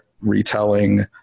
retelling